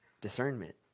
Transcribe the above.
discernment